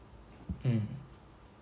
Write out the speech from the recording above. mm